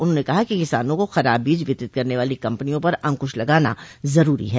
उन्होंने कहा कि किसानों को खराब बीज वितरित करने वाली कम्पनियों पर अंकुश लगाना जरूरी है